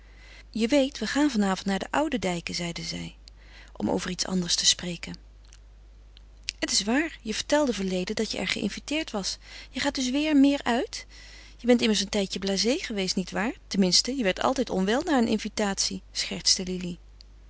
je weet we gaan van avond naar de oudendijken zeide zij om over iets anders te spreken het is waar je vertelde verleden dat je er geïnviteerd was je gaat dus weêr meer uit je bent immers een tijdje blasée geweest niet waar ten minste je werd altijd onwel na een invitatie schertste lili